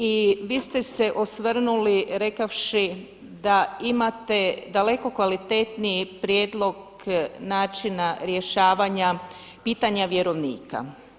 I vi ste se osvrnuli rekavši da imate daleko kvalitetniji prijedlog načina rješavanja pitanja vjerovnika.